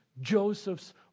Joseph's